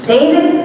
David